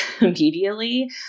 Immediately